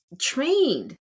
trained